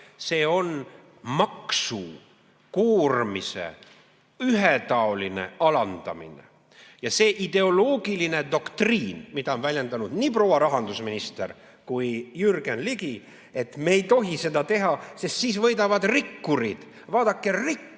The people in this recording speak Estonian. see on maksukoormise ühetaoline alandamine. Seda ideoloogilist doktriini on väljendanud nii proua rahandusminister kui ka Jürgen Ligi, et me ei tohi seda teha, sest siis võidavad rikkurid. Et vaadake, rikkuril